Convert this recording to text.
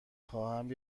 خواهم